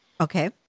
Okay